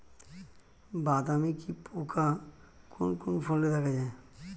বাদামি কি পোকা কোন কোন ফলে দেখা যায়?